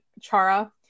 Chara